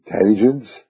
intelligence